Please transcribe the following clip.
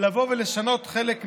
לבוא ולשנות חלק מהזמנים.